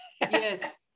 Yes